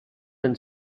and